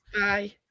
Bye